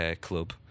club